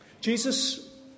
jesus